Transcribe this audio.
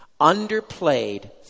underplayed